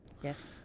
Yes